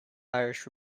irish